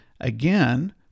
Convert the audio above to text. Again